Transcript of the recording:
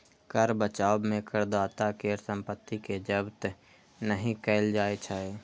कर बचाव मे करदाता केर संपत्ति कें जब्त नहि कैल जाइ छै